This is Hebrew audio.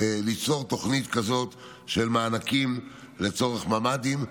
בבקשה ליצור תוכנית כזאת של מענקים לצורך ממ"דים.